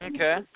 Okay